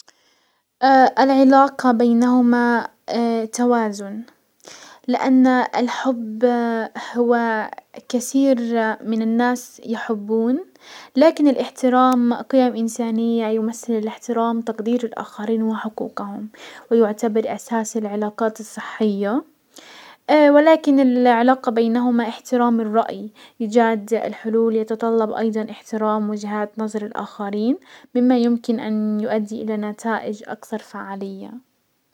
العلاقة بينهما توازن، لان الحب هو كثير من الناس يحبون، لكن الاحترام قيم انسانية. يمسل الاحترام تقدير الاخرين وحقوقهم ويعتبر اساس العلاقات الصحية ولكن العلاقة بينهما احترام الرأي، اي جاد الحلول يتطلب ايضا احترام وجهات نظر الاخرين مما يمكن ان يؤدي الى نتائج اكثر فعالية.